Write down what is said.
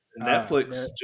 Netflix